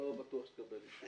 נא לנמק את הרביזיה.